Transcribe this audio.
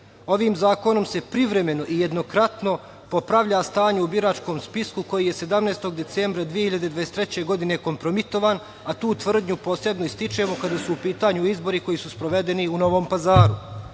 zakonom se privremeno i jednokratno popravlja stanje u biračkom spisku koji je 17. decembra 2023. godine kompromitovan, a tu tvrdnju posebno ističemo kada su u pitanju izbori koji su sprovedeni u Novom